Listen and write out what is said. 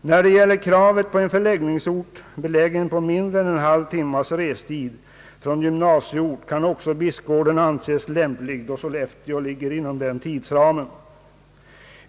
När det gäller kravet på en förläggningsort belägen på mindre än en halvtimmes restid från gymnasieort kan också Bispgården anses lämplig, då Sollefteå ligger inom den tidsramen.